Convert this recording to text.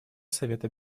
совета